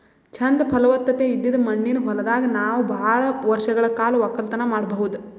ಚಂದ್ ಫಲವತ್ತತೆ ಇದ್ದಿದ್ ಮಣ್ಣಿನ ಹೊಲದಾಗ್ ನಾವ್ ಭಾಳ್ ವರ್ಷಗಳ್ ಕಾಲ ವಕ್ಕಲತನ್ ಮಾಡಬಹುದ್